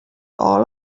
all